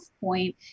point